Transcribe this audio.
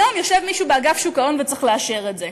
היום יושב מישהו באגף שוק ההון וצריך לאשר את זה.